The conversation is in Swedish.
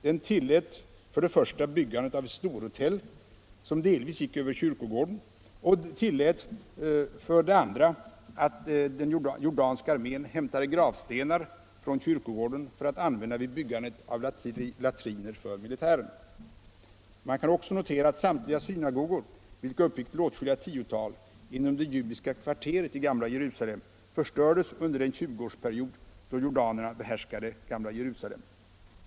Den tillät för det första byggandet av ett storhotell, som delvis gick över kyrkogården, och för det andra att jordanska armén hämtade gravstenar från kyrkogården för att använda vid byggandet av latriner för militären. Man kan också notera att samtliga synagogor, som uppgick till åtskilliga tiotal inom det judiska kvarteret i gamla Jerusalem, förstördes under den 20-årsperiod då jordanierna behärskade gamla Jerusalem.